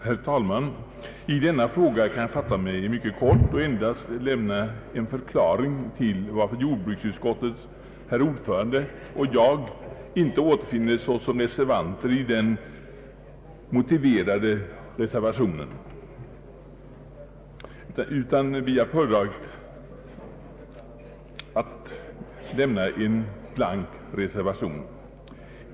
Herr talman! I denna fråga kan jag fatta mig mycket kort och endast lämna en förklaring till varför jordbruksutskottets ordförande och jag icke åter finns under den motiverade reservationen utan har föredragit att lämna en blank reservation.